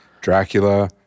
Dracula